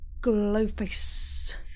Glowface